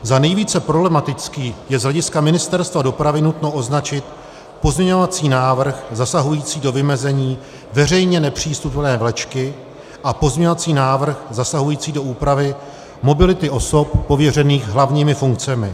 Za nejvíce problematický je z hlediska Ministerstva dopravy nutno označit pozměňovací návrh zasahující do vymezení veřejně nepřístupné vlečky a pozměňovací návrh zasahující do úpravy mobility osob pověřených hlavními funkcemi.